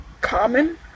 common